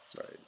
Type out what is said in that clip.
Right